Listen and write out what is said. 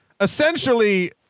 essentially